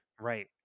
Right